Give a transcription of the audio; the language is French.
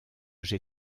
j’ai